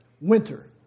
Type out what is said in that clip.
winter